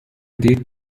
دید